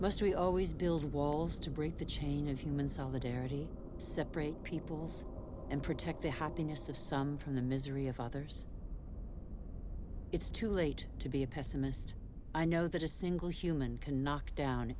we always build walls to break the chain of human solidarity separate peoples and protect the happiness of some from the misery of others it's too late to be a pessimist i know that a single human cannot down